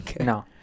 No